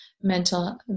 mental